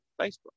Facebook